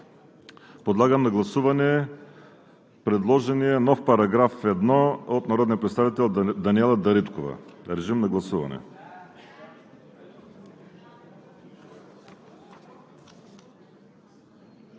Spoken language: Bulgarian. Подлагам на гласуване предложения нов § 1 от народния представител Даниела Дариткова. Гласували